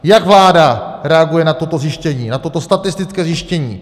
Jak vláda reaguje na toto zjištění, na toto statistické zjištění?